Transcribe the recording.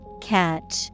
Catch